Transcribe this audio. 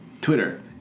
Twitter